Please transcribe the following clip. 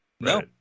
No